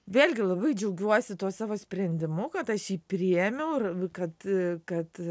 vėlgi labai džiaugiuosi tuo savo sprendimu kad aš jį priėmiau ir kad kad